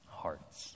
hearts